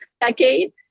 decade